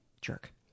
jerk